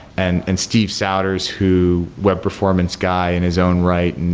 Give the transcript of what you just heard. and and steve souders who, web performance guy in his own right, and